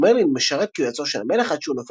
מרלין משרת כיועצו של המלך עד שהוא נופל